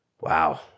wow